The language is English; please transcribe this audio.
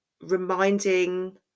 reminding